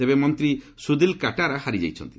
ତେବେ ମନ୍ତ୍ରୀ ସୁଦୀଲ କଟାରା ହାରିଯାଇଛନ୍ତି